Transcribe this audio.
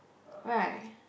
right